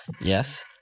Yes